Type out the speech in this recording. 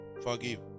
Forgive